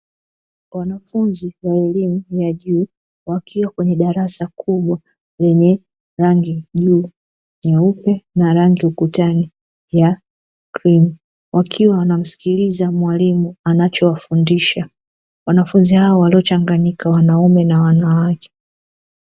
Wanafunzi wa elimu ya juu wakiwa kwenye darasa kubwa lenye rangi juu nyeupe na rangi ukutani ya maziwa wakiwa wanamsikiliza mwalimu anaewafundisha wanafunzi hao, walichanganyika wanaume na wanawake